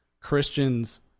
Christians